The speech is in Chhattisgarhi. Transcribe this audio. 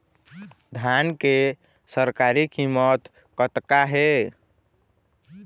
धान के सरकारी कीमत कतका हे?